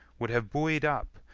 would have buoy'd up,